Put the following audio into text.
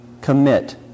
commit